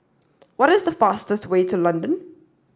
what is the fastest way to London